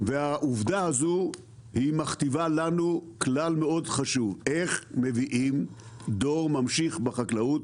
והעובדה הזו מכתיבה לנו כלל מאוד חשוב: איך מביאים דור ממשיך בחקלאות,